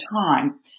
time